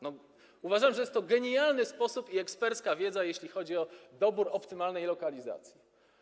No, uważam, że jest to genialny sposób, ekspercka wiedza, jeśli chodzi o dobór optymalnej lokalizacji.